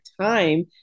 time